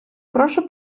прошу